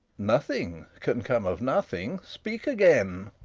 nothing can come of nothing speak again.